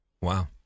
Wow